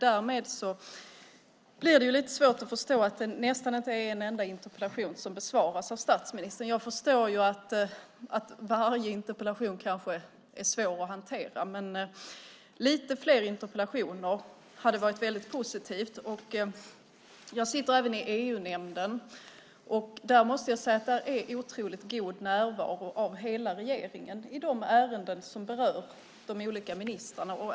Därmed blir det lite svårt att förstå att nästan inte en enda interpellation besvaras av statsministern. Jag förstår att alla interpellationer kan vara svårt att hantera, men lite fler interpellationer hade varit väldigt positivt. Jag sitter även i EU-nämnden. Jag måste säga att där är otroligt god närvaro av hela regeringen i de ärenden som berör de olika ministrarna.